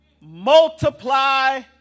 multiply